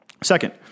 Second